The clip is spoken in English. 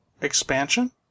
expansion